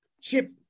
chip